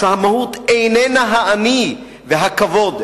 שהמהות איננה האני והכבוד,